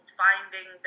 finding